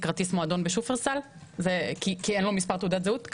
כרטיס מועדון בשופרסל כי אין לו מספר תעודת זהות.